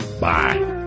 bye